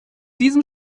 diesem